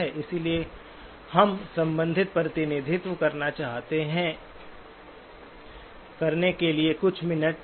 इसलिए हम संबंधित प्रतिनिधित्व प्राप्त करने के लिए कुछ मिनट खर्च करते हैं